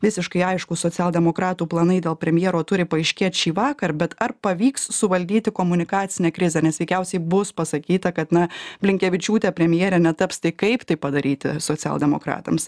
visiškai aišku socialdemokratų planai dėl premjero turi paaiškėt šįvakar bet ar pavyks suvaldyti komunikacinę krizę nes veikiausiai bus pasakyta kad na blinkevičiūtė premjere netaps tai kaip tai padaryti socialdemokratams